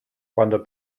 cuando